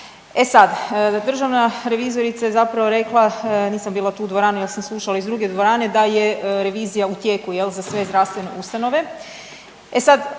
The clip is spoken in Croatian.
E sad, državna revizorica je zapravo rekla, nisam bila tu u dvorani, ali sam slušala iz druge dvorane, da je revizija u tijeku, je li, za sve zdravstvene ustanove.